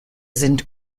sind